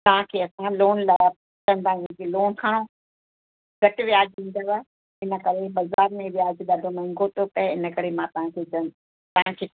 तव्हांखे असां लोन लाइ कंदा आहियूं की लोन खणो घटि व्याजु ईंदुव इन करे बज़ार में व्याजु ॾाढो महांगो थो पए इन करे मां तव्हांखे ॼणु तव्हांखे